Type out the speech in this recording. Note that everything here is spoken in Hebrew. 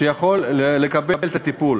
שיוכל לקבל את הטיפול.